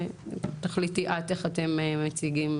ותחליטי איך אתם מציגים